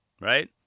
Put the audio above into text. right